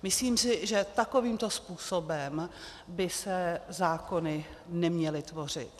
Myslím si, že takovýmto způsobem by se zákony neměly tvořit.